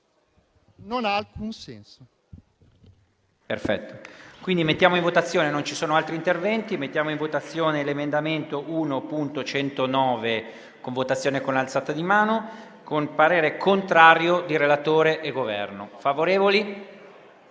non ha alcun senso.